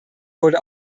wurde